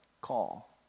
call